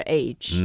age